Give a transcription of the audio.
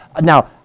Now